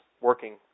working